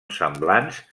semblants